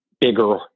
bigger